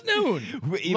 noon